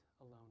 alone